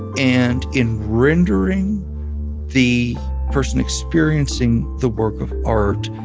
and in rendering the person experiencing the work of art,